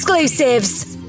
exclusives